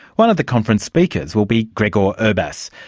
one of the conference speakers will be gregor urbas,